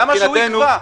למה שהוא יקבע?